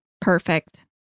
Perfect